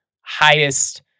highest